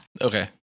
Okay